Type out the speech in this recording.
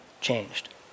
changed